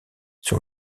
son